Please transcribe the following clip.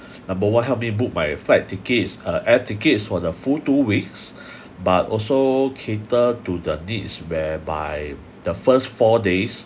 number one help me book my flight tickets uh air ticket for the full two weeks but also cater to the needs whereby the first four days